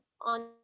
on